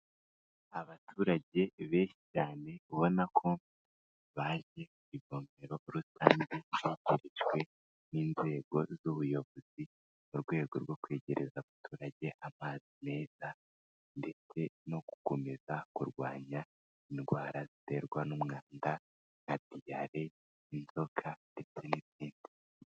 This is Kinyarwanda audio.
Abaturage benshi cyane, ubona ko baje kw'ivomero rusange, aho ryubatswe n'inzego z'ubuyobozi, mu rwego rwo kwegereza abaturage amazi meza, ndetse no gukomeza kurwanya indwara ziterwa n'umwanda, nka diale, inzoka, ndetse n'izindi.